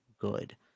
good